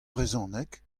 brezhoneg